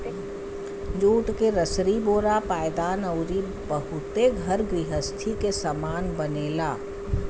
jute से रसरी बोरा पायदान अउरी बहुते घर गृहस्ती के सामान बनेला